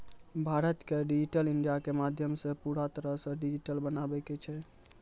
भारतो के digital India के माध्यमो से पूरा तरहो से डिजिटल बनाबै के छै